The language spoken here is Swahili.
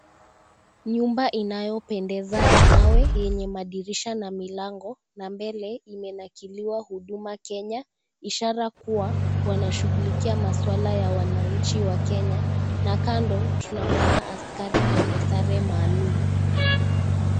Nyumba inayopendeza ya mawe, yenye madirisha na milango na mbele imenakiliwa huduma Kenya, ishara kuwa, wanashughulikia masuala ya wananchi wa Kenya na kando, tunamwona askari mwenye sare maalum.